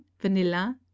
vanilla